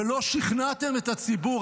ולא שכנעתם את הציבור,